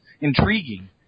intriguing